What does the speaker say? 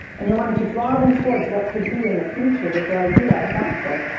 and you're wanting to draw them towards what could be in the future with your idea adopted.